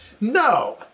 no